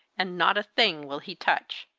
and not a thing will he touch.